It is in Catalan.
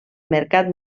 mercat